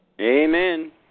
Amen